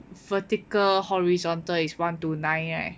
vertical horizontal is one to nine right